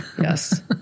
Yes